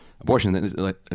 abortion